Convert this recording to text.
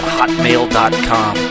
hotmail.com